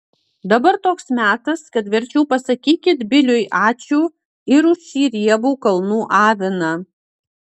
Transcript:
dabar toks metas kad verčiau pasakykit biliui ačiū ir už šį riebų kalnų aviną